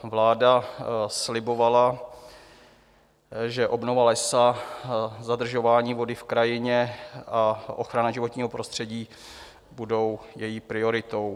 Vláda slibovala, že obnova lesa, zadržování vody v krajině a ochrana životního prostředí budou její prioritou.